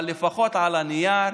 אבל לפחות על הנייר,